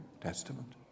Testament